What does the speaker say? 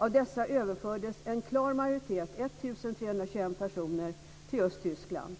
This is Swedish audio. Av dessa överfördes en klar majoritet på 1 321 personer till just Tyskland.